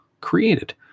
created